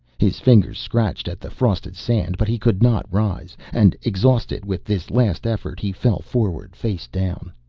his fingers scratched at the frosted sand, but he could not rise, and exhausted with this last effort he fell forward face down.